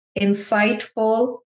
insightful